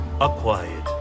acquired